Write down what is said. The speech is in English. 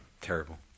Terrible